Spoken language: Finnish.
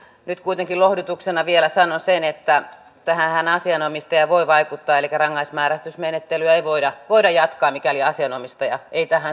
nyt kuitenkin lohdutuksena vielä sanon sen että tähänhän asianomistaja voi vaikuttaa elikkä rangaistusmääräysmenettelyä ei voida jatkaa mikäli asianomistaja ei tähän suostu